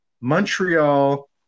Montreal